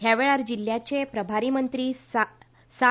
ह्या वेळार जिल्ह्याचे प्रभारी मंत्री सा